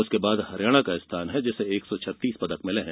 उसके बाद हरियाणा का स्थान है जिसे एक सौ छत्तीस पदक मिले हैं